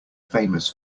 famous